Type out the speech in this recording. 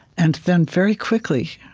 and then very quickly,